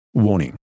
Warning